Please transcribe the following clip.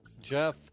Jeff